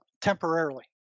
temporarily